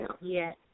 Yes